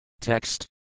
Text